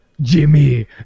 Jimmy